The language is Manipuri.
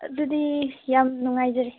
ꯑꯗꯨꯗꯤ ꯌꯥꯝ ꯅꯨꯡꯉꯥꯏꯖꯔꯦ